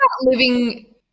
living